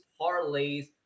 parlays